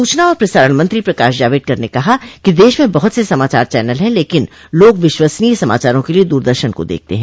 सूचना और प्रसारण मंत्री प्रकाश जावड़ेकर ने कहा कि देश में बहुत से समाचार चैनल हैं लेकिन लोग विश्वसनीय समाचारों के लिए दूरदर्शन को देखते हैं